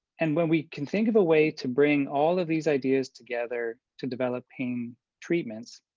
and when we can think of a way to bring all of these ideas together to develop pain treatments,